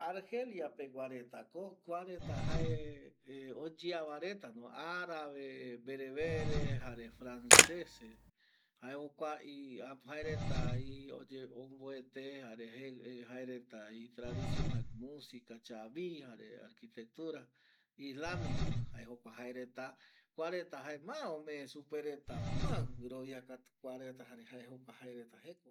Argelia pegua retako kuareta jae oyea retano arabe, vere vere jare franceses jae jokua jaereta omboete jaereta itradicion jaeko musika, chavi jare arquitectura islamica jae jokua kua reta jae ma ome supereta jare ma guɨvia kavi reta jare jae kuareta jae kua jaereta jokova